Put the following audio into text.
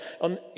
on